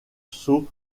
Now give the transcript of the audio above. sceau